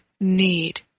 need